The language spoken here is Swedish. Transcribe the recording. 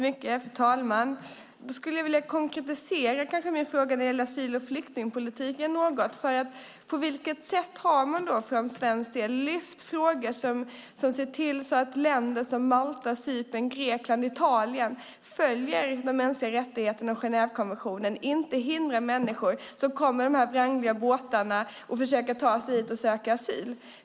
Fru talman! Då skulle jag vilja konkretisera min fråga när det gäller asyl och flyktingpolitiken något. På vilket sätt har man för svensk del lyft fram frågor som ser till att länder som Malta, Cypern, Grekland och Italien följer de mänskliga rättigheterna och Genèvekonventionen och inte hindrar människor som kommer i de här rangliga båtarna att försöka ta sig hit och söka asyl.